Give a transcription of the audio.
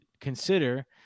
consider